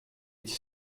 эти